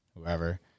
whoever